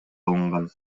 алынган